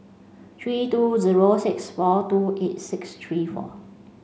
three two zero six four two eight six three four